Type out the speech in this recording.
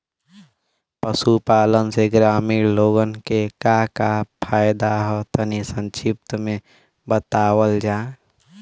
पशुपालन से ग्रामीण लोगन के का का फायदा ह तनि संक्षिप्त में बतावल जा?